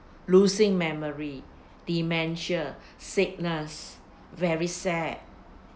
losing memory dementia sickness very sad